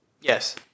Yes